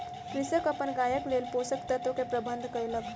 कृषक अपन गायक लेल पोषक तत्व के प्रबंध कयलक